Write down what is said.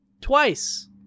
twice